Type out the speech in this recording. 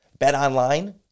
BetOnline